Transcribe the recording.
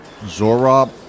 Zorob